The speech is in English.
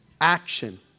action